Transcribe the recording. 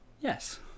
Yes